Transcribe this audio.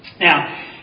Now